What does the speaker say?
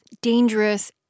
dangerous